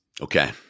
Okay